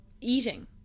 Eating